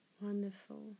wonderful